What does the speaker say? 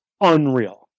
unreal